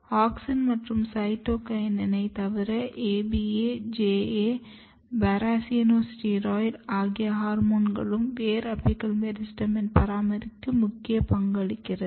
auxin மற்றும் சைடோகையினை தவிர ABA JA ப்ரஸ்ஸினோஸ்டீராய்ட் ஆகிய ஹோர்மோன்களும் வேர் அபிக்கல் மெரிஸ்டெமின் பராமரிப்புக்கு முக்கிய பங்களிக்கிறது